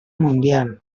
mundial